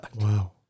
Wow